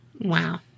Wow